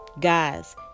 Guys